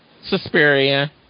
Suspiria